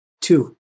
two